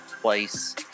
place